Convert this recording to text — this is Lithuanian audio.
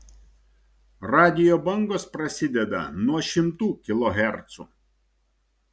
radijo bangos prasideda nuo šimtų kilohercų